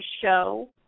show